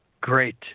Great